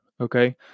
okay